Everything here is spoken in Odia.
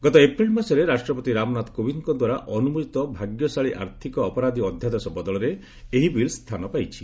ଗତ ଅପ୍ରେଲ୍ ମାସରେ ରାଷ୍ଟ୍ରପତି ରାମନାଥ କୋବିନ୍ଦଙ୍କ ଦ୍ୱାରା ଅନୁମୋଦିତ ଭାଗ୍ୟଶାଳୀ ଆର୍ଥିକ ଅପରାଧୀ ଅଧ୍ୟାଦେଶ ବଦଳରେ ଏହି ବିଲ୍ ସ୍ଥାନ ପାଇଛି